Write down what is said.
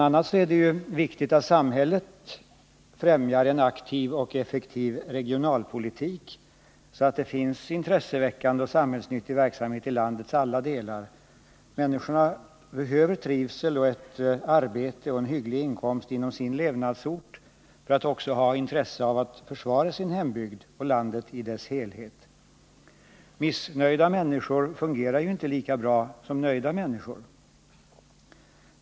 a. är det viktigt att samhället främjar en aktiv och effektiv regionalpolitik, så att det finns intresseväckande och samhällsnyttig verksamhet i landets alla delar. Människorna behöver trivsel, ett meningsfyllt arbete och en hygglig inkomst inom sin bostadsort för att också kunna ha intresse av att försvara sin hembygd och landet i dess helhet. Missnöjda människor fungerar ju inte lika bra som nöjda.